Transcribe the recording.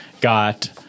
got